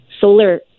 solar